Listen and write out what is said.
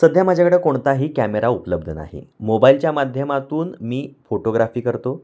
सध्या माझ्याकडे कोणताही कॅमेरा उपलब्ध नाही मोबाईलच्या माध्यमातून मी फोटोग्राफी करतो